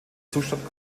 zustand